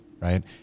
right